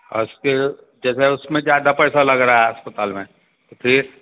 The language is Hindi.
जैसे उसमें ज़्यादा पैसा लग रहा है अस्पताल में तो फिर